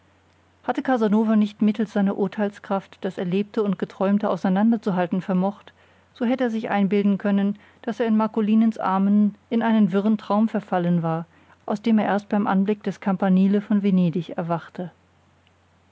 hatte hätte casanova nicht mittels seiner urteilskraft das erlebte und geträumte auseinanderzuhalten vermocht so hätte er sich einbilden können daß er in marcolinens armen in einen wirren traum verfallen war aus dem er erst beim anblick des campanile von venedig erwachte